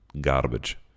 garbage